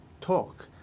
talk